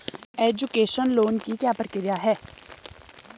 Education loan की क्या प्रक्रिया है?